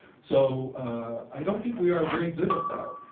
so i don't think we are very good at that.